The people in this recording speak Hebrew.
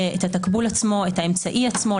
את האמצעי עצמו.